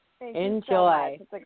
Enjoy